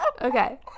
okay